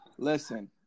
Listen